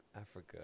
Africa